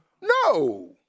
No